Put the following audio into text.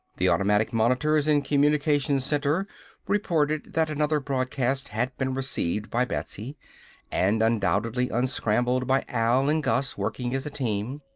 the automatic monitors in communications center reported that another broadcast had been received by betsy and undoubtedly unscrambled by al and gus, working as a team.